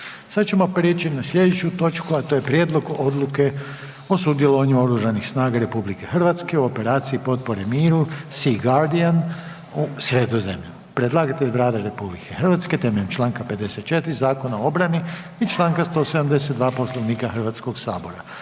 Sad ćemo preći na slijedeću točku a to je: - Prijedlog odluke o sudjelovanju Oružanih snaga Republike Hrvatske u operaciji potpore miru „Sea guardian“ u Sredozemlju Predlagatelj je Vlada RH temeljem čl. 54. Zakona o obrani i čl. 172. Poslovnika Hrvatskog sabora.